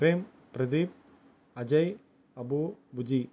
frame Pradeep Ajay Abu Viji